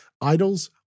Idols